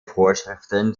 vorschriften